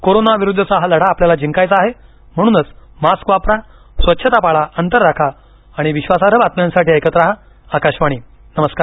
corona विरुद्धचा हा लढा आपल्याला जिंकायचा आहे म्हणूनच मास्क वापरा स्वच्छता पाळा अंतर राखा आणि विश्वासार्ह बातम्यांसाठी ऐकत रहा आकाशवाणी नमस्कार